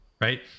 right